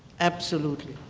absolutely.